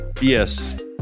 yes